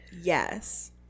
Yes